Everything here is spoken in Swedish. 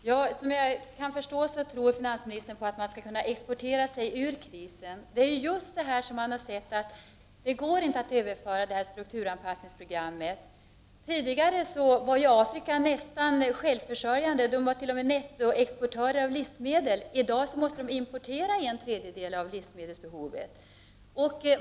Herr talman! Som jag kan förstå tror finansministern att man skall kunna exportera sig ur krisen. Man har dock sett att det inte går att överföra strukturanpassningsprogrammet. Tidigare var länderna i Afrika nästan självförsörjande. De var t.o.m. nettoexportörer av livsmedel. I dag måste de importera en tredjedel av sitt livsmedelsbehov.